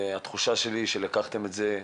לעשות את הכול כדי לקדם את הפיילוט